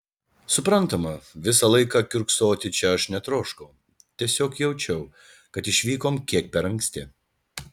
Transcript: suprantama visą laiką kiurksoti čia aš netroškau tiesiog jaučiau kad išvykom kiek per anksti